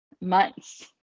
months